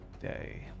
day